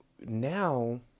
now